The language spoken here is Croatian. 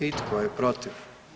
I tko je protiv?